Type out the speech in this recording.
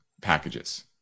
packages